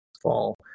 fall